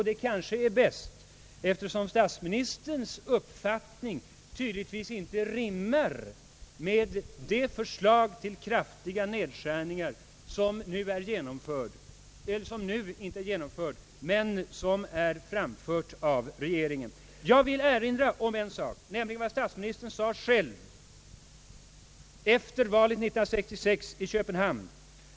Det är kanske bäst, eftersom statsministerns uppfattning tydligtvis inte rimmar med de förslag till kraftiga nedskärningar som nu framförts av regeringen. Jag vill här erinra om vad statsministern själv sade i Köpenhamn 1966 — efter valet.